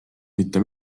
mitte